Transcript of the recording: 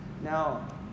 now